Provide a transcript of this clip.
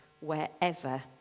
wherever